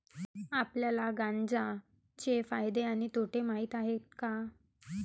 आपल्याला गांजा चे फायदे आणि तोटे माहित आहेत का?